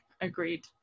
agreed